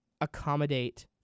accommodate